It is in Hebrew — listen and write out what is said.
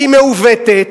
שהיא מעוותת,